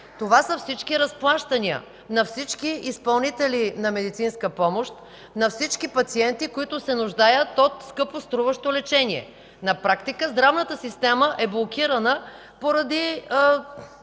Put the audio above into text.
Това са всички разплащания на всички изпълнители на медицинска помощ, на всички пациенти, които се нуждаят от скъпоструващо лечение. На практика здравната система е блокирана поради,